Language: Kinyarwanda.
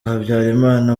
habyarimana